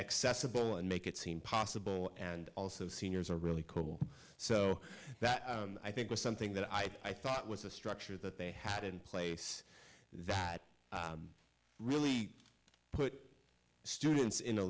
accessible and make it seem possible and also seniors are really cool so that i think was something that i thought was a structure that they had in place that really put students in a